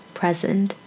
present